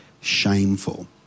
Shameful